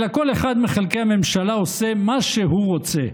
אלא כל אחד מחלקי הממשלה עושה מה שהוא רוצה.